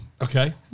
Okay